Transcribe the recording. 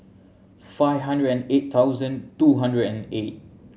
five hundred and eight thousand two hundred and eight